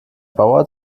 bauer